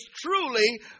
truly